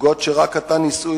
זוגות שרק עתה נישאו,